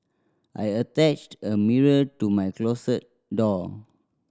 I attached a mirror to my closet door